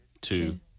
two